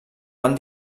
van